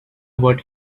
what